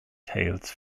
tales